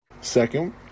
Second